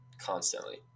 constantly